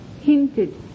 hinted